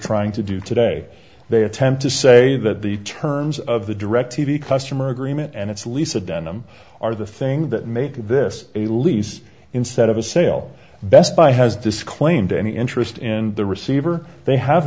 trying to do today they attempt to say that the terms of the directv customer agreement and it's lisa dunham are the thing that make this a lease instead of a sale best buy has disclaimed any interest in the receiver they have